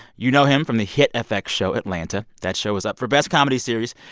you know him from the hit fx show atlanta. that show is up for best comedy series.